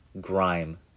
Grime